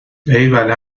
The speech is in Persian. ایول